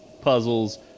puzzles